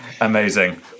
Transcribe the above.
Amazing